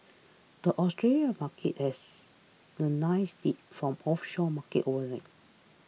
the Australian Markets has a nice lead from offshore markets overnight